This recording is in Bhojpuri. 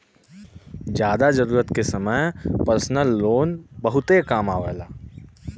जादा जरूरत के समय परसनल लोन बहुते काम आवेला